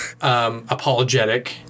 apologetic